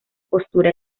postura